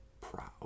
proud